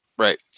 Right